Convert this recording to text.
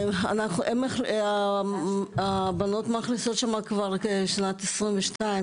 הבנות מאכלסות שמה כבר שנת 22,